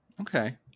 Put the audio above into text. Okay